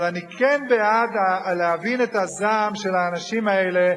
אבל אני כן בעד להבין את הזעם של האנשים האלה,